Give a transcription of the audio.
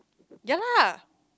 ya lah